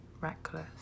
reckless